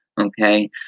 Okay